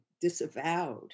disavowed